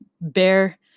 Bear